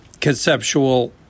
conceptual